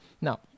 Now